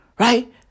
Right